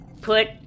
put